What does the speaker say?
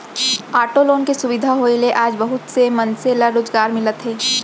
auto loan के सुबिधा होए ले आज बहुत से मनसे ल रोजगार मिलत हे